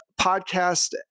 podcast